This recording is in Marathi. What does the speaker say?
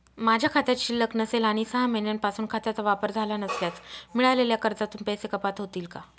माझ्या खात्यात शिल्लक नसेल आणि सहा महिन्यांपासून खात्याचा वापर झाला नसल्यास मिळालेल्या कर्जातून पैसे कपात होतील का?